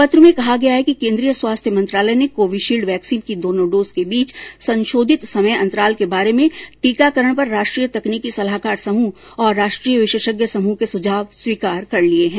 पत्र में कहा गया है कि केन्द्रीय स्वास्थ्य मंत्रालय ने कोविशील्ड वैक्सीन की दोनों डोज के बीच संशोधित समय अंतराल के बारे में टीकाकरण पर राष्ट्रीय तकनीकी सलाहकार समृह और राष्ट्रीय विशेषज्ञ समृह के सुझाव स्वीकार कर लिये है